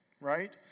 right